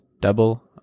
double